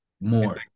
more